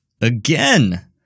again